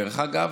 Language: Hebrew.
דרך אגב,